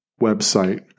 website